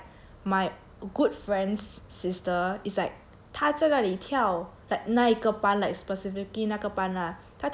my good friend's sister is like 她在那里跳 like 那一个班 like specifically 那个班 lah 她跳 like